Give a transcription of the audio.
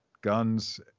guns